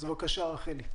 בבקשה, רחלי.